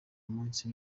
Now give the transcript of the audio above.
munsi